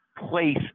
Place